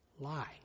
Lie